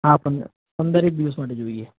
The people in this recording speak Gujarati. હા પંદર પંદર એક દિવસ માટે જોઈએ